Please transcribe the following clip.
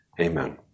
Amen